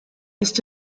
ist